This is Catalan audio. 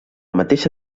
mateixa